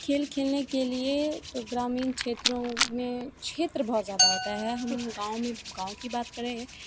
खेल खेलने के लिए ग्रामीण क्षेत्रों में क्षेत्र बहुत ज़्यादा होता है हम गाँव में गाँव की बात करें